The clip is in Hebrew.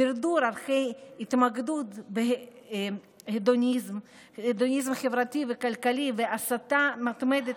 דרדור ערכי והתמקדות בהדוניזם חברתי וכלכלי והסתה מתמדת